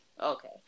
okay